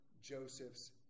Joseph's